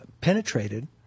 penetrated